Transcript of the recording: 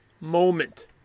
moment